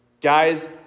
Guys